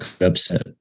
upset